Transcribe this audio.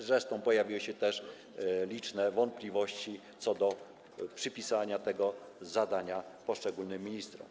Zresztą pojawiły się też liczne wątpliwości co do przypisania tego zadania poszczególnym ministrom.